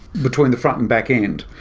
between the front and backend.